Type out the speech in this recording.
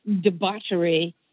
debauchery